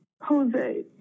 Jose